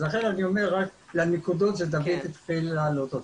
לכן אני מדבר רק על הנקודות שדוד התחיל להעלות.